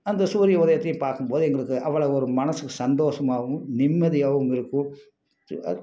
அந்த சூரிய உதயத்தையும் பார்க்கும் போது எங்களுக்கு அவ்வளோ ஒரு மனசுக்கு சந்தோஷமாகவும் நிம்மதியாகவும் இருக்கும் அது